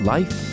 Life